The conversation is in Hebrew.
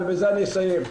ובזה אני אסיים,